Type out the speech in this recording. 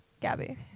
Gabby